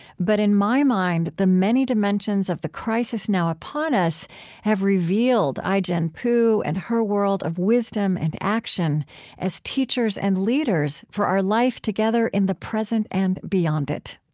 but in my mind the many dimensions of the crisis now upon us have revealed ai-jen poo and her world of wisdom and action as teachers and leaders for our life together in the present and beyond it.